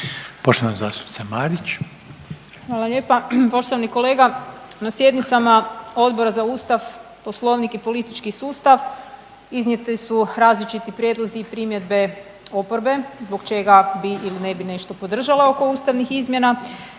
**Marić, Andreja (SDP)** Hvala lijepa. Poštovani kolega na sjednicama Odbora za Ustav, Poslovnik i politički sustav iznijeti su različiti prijedlozi i primjedbe oporbe zbog čega bi ili ne bi nešto podržali oko ustavnih izmjena.